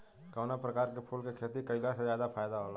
कवना प्रकार के फूल के खेती कइला से ज्यादा फायदा होला?